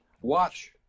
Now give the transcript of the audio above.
Watch